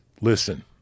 listen